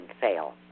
fail